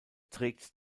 trägt